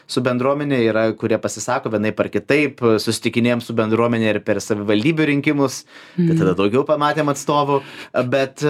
su bendruomene yra kurie pasisako vienaip ar kitaip susitikinėjom su bendruomene ir per savivaldybių rinkimus tai tada daugiau pamatėm atstovų bet